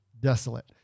desolate